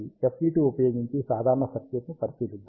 FET ఉపయోగించి సాధారణ సర్క్యూట్ను పరిశీలిద్దాం